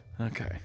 Okay